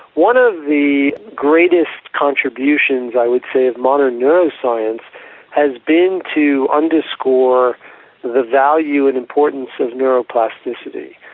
one of the greatest contributions i would say of modern neuroscience has been to underscore the value and importance of neuroplasticity.